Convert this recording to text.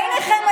ביניכם,